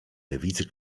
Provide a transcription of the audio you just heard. lewicy